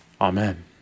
Amen